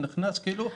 הוא נכנס בין האחרונים.